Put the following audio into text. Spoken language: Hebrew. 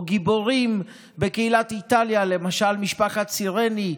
או גיבורים בקהילת איטליה, למשל משפחת סרני,